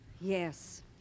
Yes